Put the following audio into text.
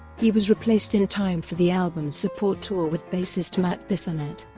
he was replaced in time for the album's support tour with bassist matt bissonette,